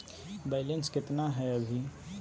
Balance केतना हय अभी?